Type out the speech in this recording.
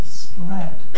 spread